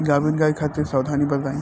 गाभिन गाय खातिर सावधानी बताई?